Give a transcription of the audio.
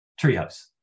Treehouse